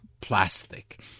plastic